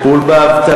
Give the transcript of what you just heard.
את הטיפול באבטלה,